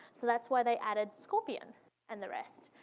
so that's why they added scorpion and the rest.